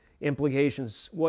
implications